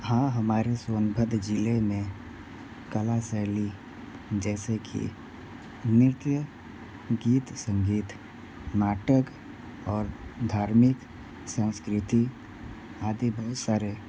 हाँ हमारे सोनभद्र जिले में कला शैली जैसे की नृत्य गीत संगीत नाटक और धार्मिक संस्कृति आदि बहुत सारे